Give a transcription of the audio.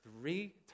three